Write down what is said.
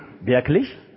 Wirklich